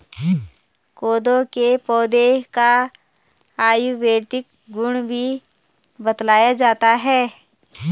कोदो के पौधे का आयुर्वेदिक गुण भी बतलाया जाता है